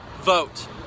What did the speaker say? vote